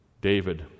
David